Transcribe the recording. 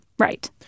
Right